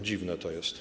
Dziwne to jest.